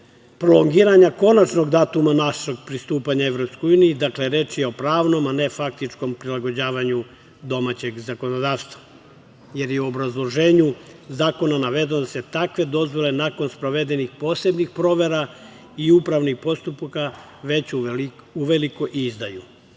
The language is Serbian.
prolongiranja konačnog datuma našeg pristupanja EU. Dakle, reč je o pravnom, a ne faktičkom prilagođavanju domaćeg zakonodavstva, jer je u obrazloženju zakona navedeno da se takve dozvole nakon sprovedenih posebnih provera i upravnih postupaka već uveliko i